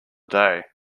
day